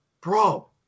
Bro